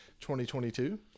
2022